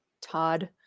Todd